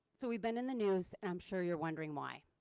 so we've been in the news. i'm sure you're wondering why